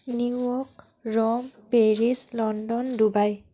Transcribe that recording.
New York Rome Paris London Dubai